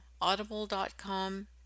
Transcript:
Audible.com